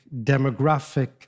demographic